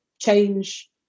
change